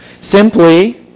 Simply